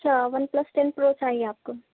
اچھا OnePlus ten Pro چاہیے آپ کو